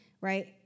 right